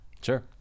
Sure